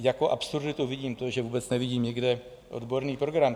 Jako absurditu vidím to, že vůbec nevidím nikde odborný program.